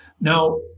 Now